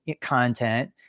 content